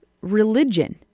religion